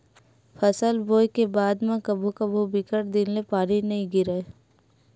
फसल बोये के बाद म कभू कभू बिकट दिन ले पानी नइ गिरय